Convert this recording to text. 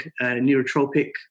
neurotropic